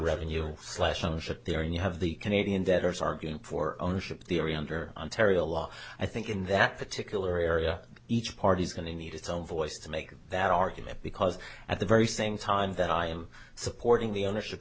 revenue slash'em should there and you have the canadian debtors arguing for ownership theory under ontario law i think in that particular area each party's going to need its own voice to make that argument because at the very same time that i am supporting the ownership